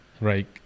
right